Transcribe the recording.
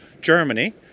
Germany